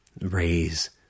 Raise